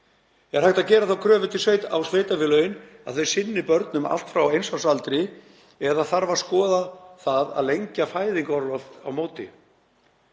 Er hægt að gera þá kröfu á sveitarfélögin að þau sinni börnum allt frá eins árs aldri eða þarf að skoða það að lengja fæðingarorlof á móti?